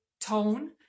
tone